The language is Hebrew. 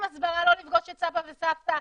הסברה לא לפגוש את סבא וסבתא,